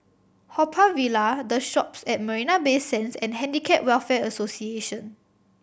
Haw Par Villa The Shoppes at Marina Bay Sands and Handicap Welfare Association